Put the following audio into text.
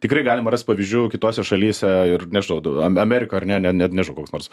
tikrai galima rast pavyzdžių kitose šalyse ir neišnaudo am amerika ar ne net nežinau koks nors